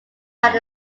had